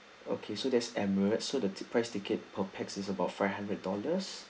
okay so there's Emirates so the price ticket per pax is about five hundred dollars